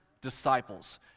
disciples